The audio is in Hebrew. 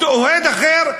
אוהד אחר,